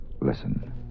Listen